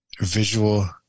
visual